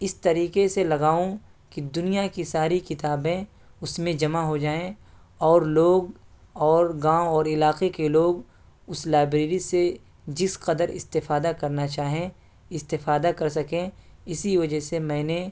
اس طریقہ سے لگاؤں کہ دنیا کی ساری کتابیں اس میں جمع ہو جائیں اور لوگ اور گاؤں اور علاقے کے لوگ اس لائبریری سے جس قدر استفادہ کرنا چاہیں استفادہ کر سکیں اسی وجہ سے میں نے